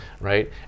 right